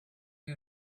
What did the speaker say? you